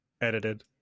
edited